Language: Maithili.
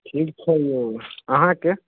ठीक छै यौ अहाँकेँ